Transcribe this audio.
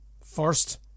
first